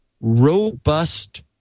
robust